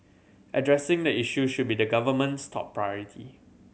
addressing the issue should be the government's top priority